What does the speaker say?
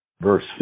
Verse